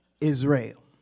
Israel